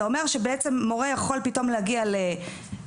זה אומר שבעצם מורה יכול פתאום להגיע למרץ,